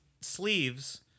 sleeves